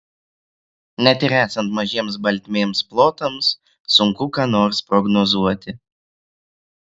net ir esant mažiems baltmėms plotams sunku ką nors prognozuoti